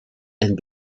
and